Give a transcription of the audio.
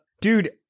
Dude